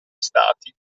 stati